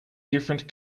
different